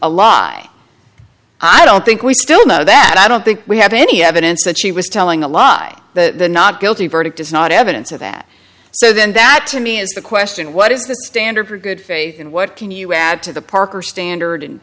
a lie i don't think we still know that i don't think we have any evidence that she was telling a lie that the not guilty verdict is not evidence of that so then that to me is the question what is the standard for good faith and what can you add to the parker standard